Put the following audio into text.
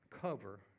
cover